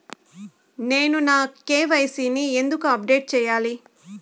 నేను నా కె.వై.సి ని ఎందుకు అప్డేట్ చెయ్యాలి?